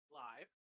live